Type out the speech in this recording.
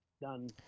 done